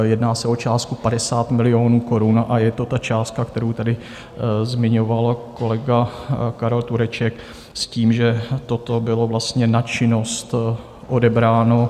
Jedná se o částku 50 milionů korun a je to ta částka, kterou tady zmiňoval kolega Karel Tureček, s tím, že toto bylo vlastně na činnost odebráno.